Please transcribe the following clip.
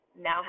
now